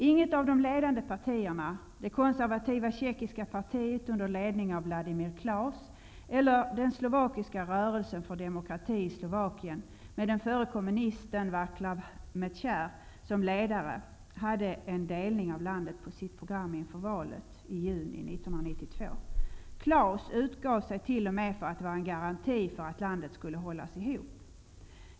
Inget av de ledande partierna, det konservativa tjeckiska partiet under ledning av Vladimir Klaus eller den slovakiska Rörelsen för demokrati i Slovakien med den förre kommunisten Vaclav Mecair som ledare, hade en delning av landet på sitt program inför valet i juni 1992. Klaus utgav sig t.o.m. för att vara en garant för att landet skulle hållas ihop.